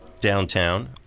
downtown